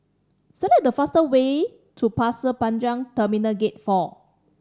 select the fast way to Pasir Panjang Terminal Gate Four